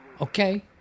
Okay